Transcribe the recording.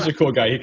ah cool guy. yeah